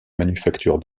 manufacture